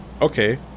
okay